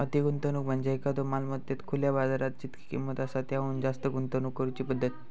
अति गुंतवणूक म्हणजे एखाद्यो मालमत्तेत खुल्यो बाजारात जितकी किंमत आसा त्याहुन जास्त गुंतवणूक करुची पद्धत